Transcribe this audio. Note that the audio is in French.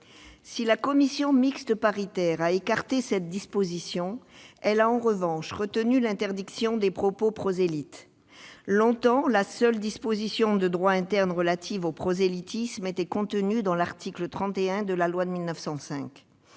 Si la commission mixte paritaire a écarté cette disposition, elle a retenu l'interdiction des propos prosélytes. Longtemps, la seule disposition de droit interne relative au prosélytisme figurait à l'article 31 de la loi de 1905.